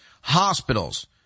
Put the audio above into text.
Hospitals